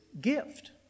gift